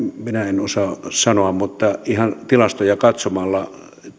minä en osaa sanoa mutta ihan tilastoja katsomalla